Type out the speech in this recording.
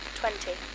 twenty